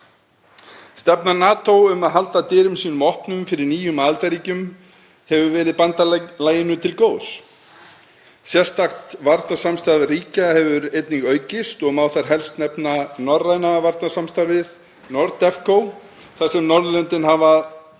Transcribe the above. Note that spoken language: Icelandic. Stefna NATO um að halda dyrum sínum opnum fyrir nýjum aðildarríkjum hefur verið bandalaginu til góðs. Sérstakt varnarsamstarf ríkja hefur einnig aukist og má þar helst nefna norræna varnarsamstarfið NORDEFCO þar sem Norðurlöndin hafa